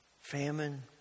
famine